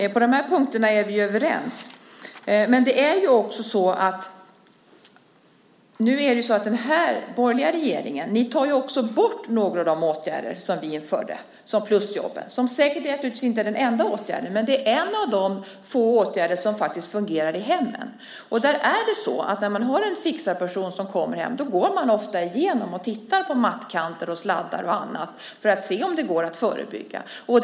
På de här punkterna är vi överens. Men den borgerliga regeringen tar också bort några av de åtgärder som vi införde, som plusjobben. Det är säkert inte den enda åtgärden, men det är en av de få åtgärder som faktiskt fungerar i hemmen. En fixarperson som kommer hem går ofta igenom och tittar på mattkanter, sladdar och annat för att se om det går att förebygga olyckor.